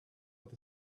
with